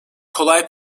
kolay